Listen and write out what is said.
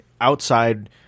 outside